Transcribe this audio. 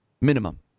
Minimum